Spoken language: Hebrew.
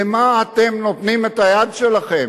למה אתם נותנים את היד שלכם?